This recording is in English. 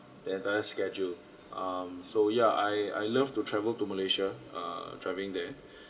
the entire schedule um so yeah I I love to travel to malaysia err driving there